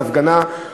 "הפגנה",